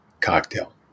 cocktail